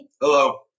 Hello